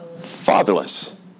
fatherless